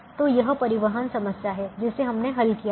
तो यह परिवहन समस्या है जिसे हमने हल किया था